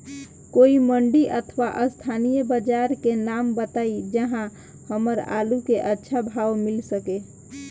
कोई मंडी अथवा स्थानीय बाजार के नाम बताई जहां हमर आलू के अच्छा भाव मिल सके?